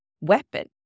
weapon